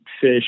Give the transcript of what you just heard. fish